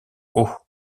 haut